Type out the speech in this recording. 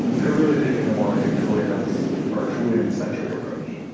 they're really taking the more i think tooling-heavy or tooling-centric approach